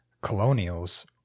colonials